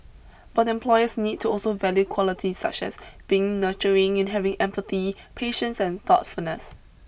but employees need to also value qualities such as being nurturing and having empathy patience and thoughtfulness